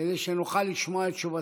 כדי שנוכל לשמוע את תשובתך.